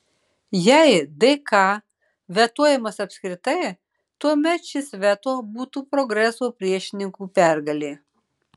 jei dk vetuojamas apskritai tuomet šis veto būtų progreso priešininkų pergalė